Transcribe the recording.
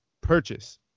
Purchase